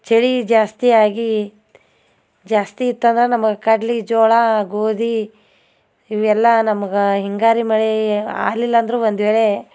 ಚಳಿ ಜಾಸ್ತಿ ಆಗಿ ಜಾಸ್ತಿ ಇತ್ತಂದ್ರೆ ನಮಗೆ ಕಡ್ಲೆ ಜೋಳ ಗೋಧಿ ಇವೆಲ್ಲ ನಮ್ಗೆ ಹಿಂಗಾರು ಮಳೆ ಆಗ್ಲಿಲ್ಲ ಅಂದರೂ ಒಂದು ವೇಳೆ